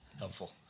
Helpful